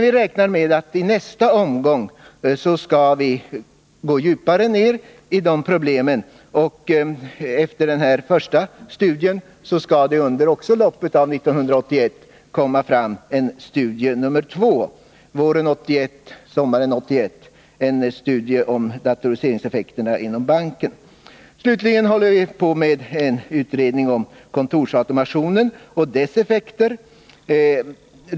Vi räknar med att i nästa omgång gå djupare in i de problemen, och efter den första studien skall det alltså under våren eller sommaren 1981 komma fram en studie nr 2 om datoriseringseffekterna inom bankväsendet. Vidare håller vi på med en utredning om kontorsautomationen och dess effekter.